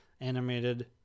animated